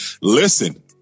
Listen